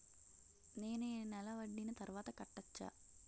నేను ఈ నెల వడ్డీని తర్వాత కట్టచా?